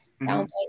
downplay